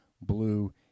Blue